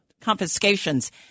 confiscations